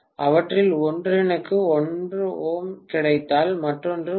அவற்றில் ஒன்று எனக்கு 1ῼ கிடைத்தால் மற்றொன்றுக்கு 1p